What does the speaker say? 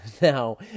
Now